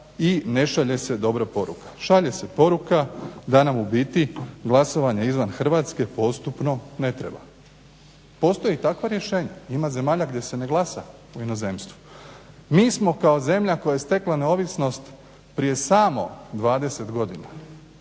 i ne šalje se dobra poruka. Šalje se poruka da nam u biti glasovanje izvan Hrvatske postupno ne treba. Postoje i takva rješenja. Ima zemalja gdje se ne glasa u inozemstvu. Mi smo kao zemlja koja je stekla neovisnost prije samo 20 godina